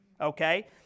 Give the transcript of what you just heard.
okay